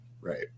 right